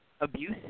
abuse